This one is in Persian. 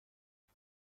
بهم